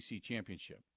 championship